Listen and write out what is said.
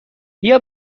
بیا